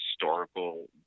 historical